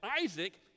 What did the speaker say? Isaac